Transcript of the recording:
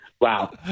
Wow